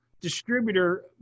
distributor